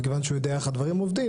מכיוון שהוא יודע איך הדברים עובדים,